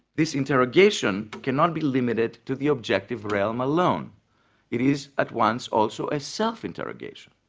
this interrogation cannot be limited to the objective realm alone it is at once also a self-interrogation,